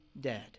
dead